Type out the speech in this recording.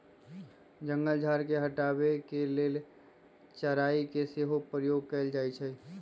जंगल झार के हटाबे के लेल चराई के सेहो प्रयोग कएल जाइ छइ